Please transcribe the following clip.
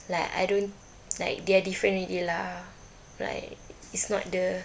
like I don't like they are different already lah like is not the